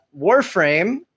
Warframe